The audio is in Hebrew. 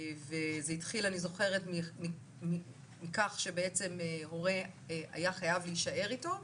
וזה התחיל אני זוכרת מכך שבעצם הורה היה חייב להישאר איתו,